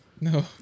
No